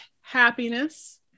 happiness